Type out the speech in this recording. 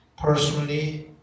personally